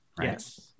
Yes